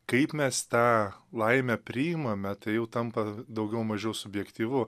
kaip mes tą laimę priimame tai jau tampa daugiau mažiau subjektyvu